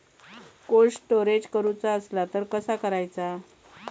Cold storage करूचा असला तर कसा करायचा?